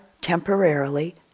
temporarily